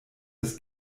das